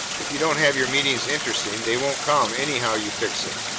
if you don't have your meetings interesting, they won't come anyhow you fix it.